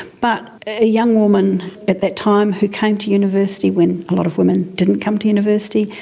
but a young woman at that time who came to university when a lot of women didn't come to university,